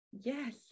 Yes